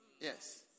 Yes